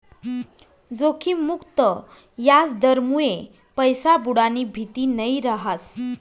जोखिम मुक्त याजदरमुये पैसा बुडानी भीती नयी रहास